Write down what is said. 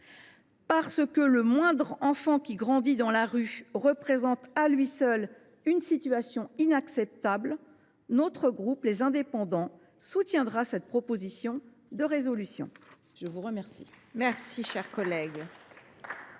Parce que le moindre enfant qui grandit dans la rue représente à lui seul une situation inacceptable, le groupe Les Indépendants soutiendra cette proposition de résolution.